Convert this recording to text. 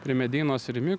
prie medeinos rimi